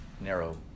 narrow